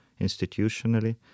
institutionally